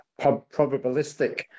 probabilistic